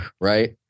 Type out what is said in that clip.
right